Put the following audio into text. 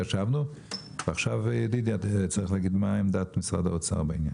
ישבנו ועכשיו ידידיה צריך להגיד מה עמדת משרד האוצר בעניין.